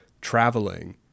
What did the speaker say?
traveling